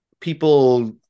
people